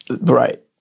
Right